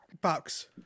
bucks